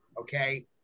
Okay